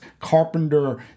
Carpenter